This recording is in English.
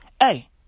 hey